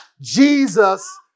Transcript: Jesus